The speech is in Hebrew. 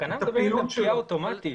התקנה מדברת על פקיעה אוטומטית.